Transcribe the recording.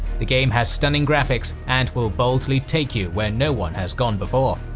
the game has stunning graphics, and will boldly take you where no one has gone before!